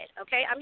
okay